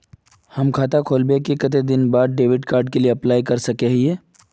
हम खाता खोलबे के कते दिन बाद डेबिड कार्ड के लिए अप्लाई कर सके हिये?